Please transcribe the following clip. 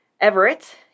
Everett